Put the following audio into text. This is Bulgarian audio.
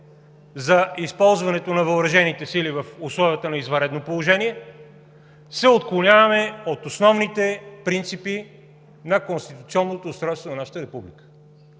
за използването на въоръжените сили в условията на извънредно положение, ние се отклоняваме от основните принципи на конституционното устройство на нашата република.